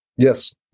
Yes